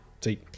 see